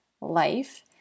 life